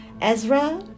Ezra